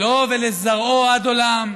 לו ולזרעו, עד עולם.